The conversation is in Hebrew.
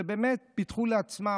שפיתחו לעצמם,